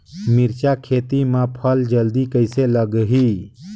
मिरचा खेती मां फल जल्दी कइसे लगही?